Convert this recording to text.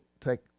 take